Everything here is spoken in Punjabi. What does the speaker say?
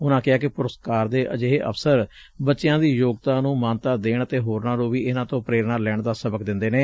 ਉਨੂਾ ਕਿਹਾ ਕਿ ਪੁਰਸਕਾਰ ਦੇ ਅਜਿਹੇ ਅਵਸਰ ਬੱਚਿਆ ਦੀ ਯੋਗਤਾ ਨੂੰ ਮਾਨਤਾ ਦੇਣ ਅਤੇ ਹੋਰਨਾ ਨੂੰ ਵੀ ਇਨਾਂ ਤੋਂ ਪ੍ਰੇਰਨਾ ਲੈਣ ਦਾ ਸਬਕ ਦਿੰਦੇ ਨੇ